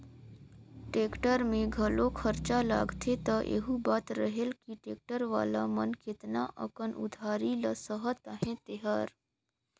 tractor में घलो खरचा लागथे त एहू बात रहेल कि टेक्टर वाला मन केतना अकन उधारी ल सहत अहें तेहर